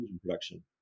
production